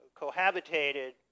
cohabitated